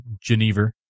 Geneva